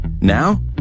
Now